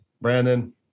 brandon